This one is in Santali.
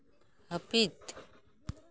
ᱦᱟᱹᱯᱤᱫ